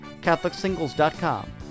CatholicSingles.com